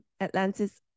Atlantis